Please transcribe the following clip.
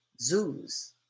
zoos